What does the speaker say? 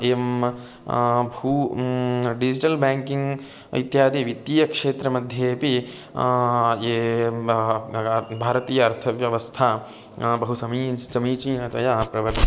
M भू digital banking इत्यादि वित्तीयक्षेत्रमध्येपि ये भारतीय अर्थव्यवस्था बहु समीन्स्च् समीचीनतया प्रवर्तते